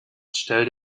stell